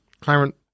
Clarence